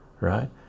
right